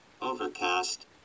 Overcast